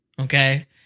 Okay